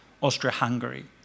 Austria-Hungary